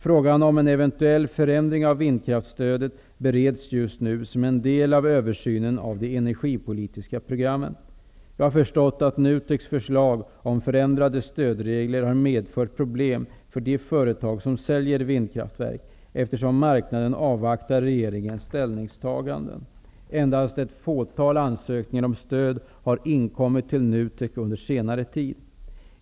Frågan om en eventuell förändring av vindkraftsstödet bereds just nu som en del av översynen av de energipolitiska programmen. Jag har förstått att NUTEK:s förslag om förändrade stödregler har medfört problem för de företag som säljer vindkraftverk, eftersom marknaden avvaktar regeringens ställningstagande. Endast ett fåtal ansökningar om stöd har inkommit till NUTEK under senare tid.